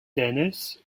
denis